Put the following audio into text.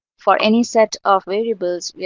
for any set of variables, yeah